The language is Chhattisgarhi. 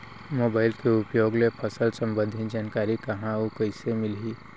मोबाइल के उपयोग ले फसल सम्बन्धी जानकारी कहाँ अऊ कइसे मिलही?